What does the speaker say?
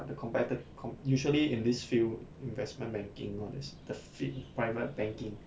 but the competi~ comp~ usually in this field investment banking not as the fit private banking